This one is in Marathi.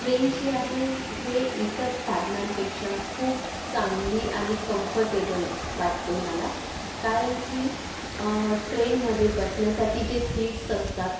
ट्रेन जी आहे हे इतर साधनांपेक्षा खूप चांगली आणि कम्फर्टेबल वाटते मला कारण की ट्रेनमध्ये बसण्यासाठी जे सीट्स असतात